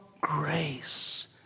grace